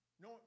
no